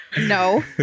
no